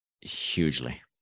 hugely